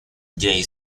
jay